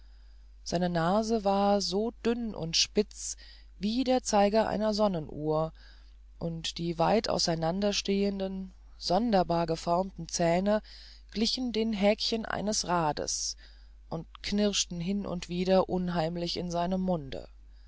seine nase war so dünn und spitz wie der zeiger an einer sonnenuhr und die weit aus einander stehenden sonderbar geformten zähne glichen den häkchen eines rades und knirschten hin und wieder unheimlich in seinem munde